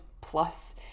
plus